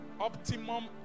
optimum